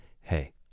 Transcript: hey